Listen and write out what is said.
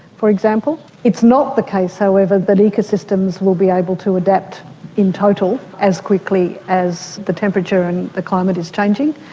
for example. it's not the case, however, that ecosystems will be able to adapt in total as quickly as the temperature and the climate is changing.